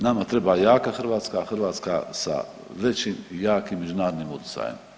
Nama treba jaka Hrvatska, Hrvatska sa većim i jakim međunarodnim utjecajem.